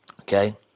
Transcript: okay